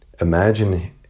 imagine